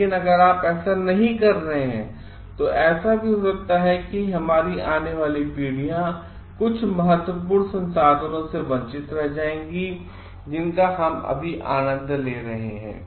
लेकिन अगर आप ऐसा नहीं कर रहे हैं तो ऐसा भी हो सकता है कि हमारी आने वाली पीढ़ियां कुछ महत्वपूर्ण संसाधनों से वंचित रह जाएंगी जिनका हम अभी आनंद ले रहे हैं